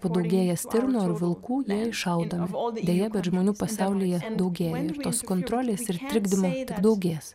padaugėja stirnų ar vilkų jie iššaudomi o deja bet žmonių pasaulyje daugėja ir tos kontrolės ir trikdymai daugės